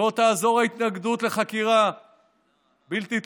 לא תעזור ההתנגדות לחקירה בלתי תלויה.